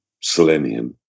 Selenium